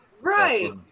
Right